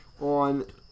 on